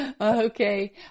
Okay